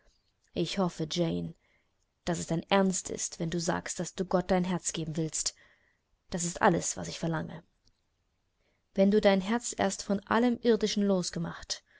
ich hoffe jane daß es dein ernst ist wenn du sagst daß du gott dein herz geben willst das ist alles was ich verlange wenn du dein herz erst von allem irdischen losgemacht